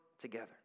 together